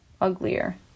uglier